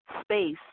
space